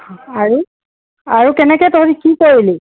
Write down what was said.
আৰু আৰু কেনেকৈ তহঁত কি কৰিলি